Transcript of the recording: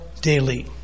daily